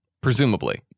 presumably